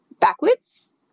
backwards